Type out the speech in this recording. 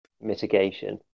Mitigation